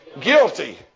Guilty